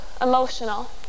emotional